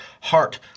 heart